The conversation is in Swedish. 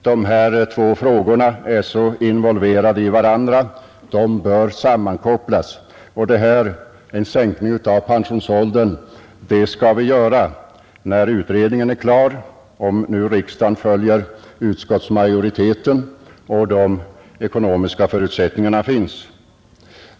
Dessa två frågor är så involverade i varandra att de bör sammankopplas. En sänkning av pensionsåldern skall vi genomföra när utredningen är klar — om nu riksdagen följer utskottsmajoriteten och de ekonomiska förutsättningarna finns.